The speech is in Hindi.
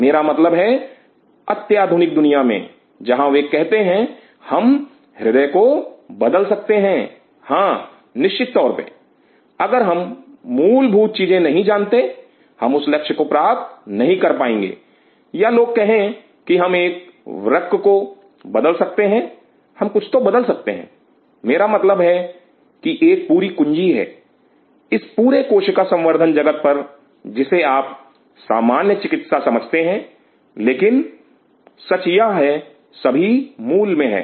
मेरा मतलब है अत्याधुनिक दुनिया में जहां वे कहते हैं हम हृदय को बदल सकते हैं हां निश्चित तौर पर अगर हम मूलभूत चीजें नहीं जानते हम उस लक्ष्य को प्राप्त नहीं कर पाएंगे या लोग कहें की हम एक वृक्क को बदल सकते हैं हम कुछ तो बदल सकते हैं मेरा मतलब है कि एक पूरी कुंजी है इस पूरे कोशिका संवर्धन जगत पर जिसे आप सामान्य चिकित्सा समझते हैं लेकिन सच यह है सभी मूल में है